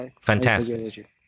Fantastic